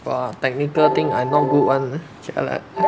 !wah! technical thing I not good one jialat